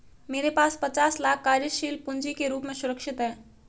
मेरे पास पचास लाख कार्यशील पूँजी के रूप में सुरक्षित हैं